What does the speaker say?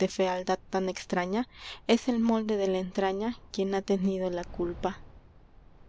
de fealdad tan extraña el molde de la entraña quien ha tenido la culpa